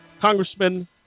Congressman